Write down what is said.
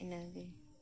ᱤᱱᱟᱹᱜᱮ